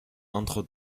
entre